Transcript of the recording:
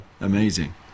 Amazing